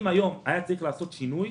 אם היום היה צריך לעשות שינוי,